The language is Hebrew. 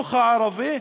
לחינוך הערבי,